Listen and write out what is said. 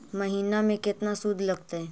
महिना में केतना शुद्ध लगतै?